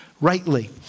rightly